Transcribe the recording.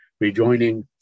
rejoining